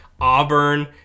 Auburn